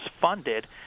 funded